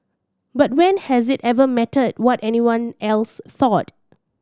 but when has it ever mattered what anyone else thought